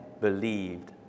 believed